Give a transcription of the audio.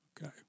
Okay